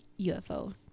UFO